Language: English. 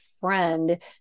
friend